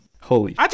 holy